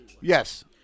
Yes